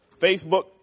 Facebook